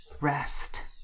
rest